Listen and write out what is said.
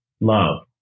Love